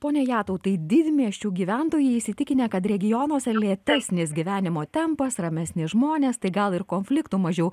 ponia jatautai didmiesčių gyventojai įsitikinę kad regionuose lėtesnis gyvenimo tempas ramesni žmonės tai gal ir konfliktų mažiau